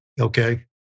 Okay